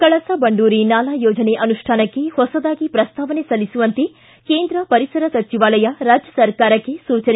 ಕಳಸಾ ಬಂಡೂರಿ ನಾಲಾ ಯೋಜನೆ ಅನುಷ್ಠಾನಕ್ಕೆ ಹೊಸದಾಗಿ ಪ್ರಸ್ತಾವನೆ ಸಲ್ಲಿಸುವಂತೆ ಕೇಂದ್ರ ಪರಿಸರ ಸಚಿವಾಲಯ ರಾಜ್ಯ ಸರ್ಕಾರಕ್ಕೆ ಸೂಚನೆ